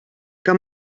que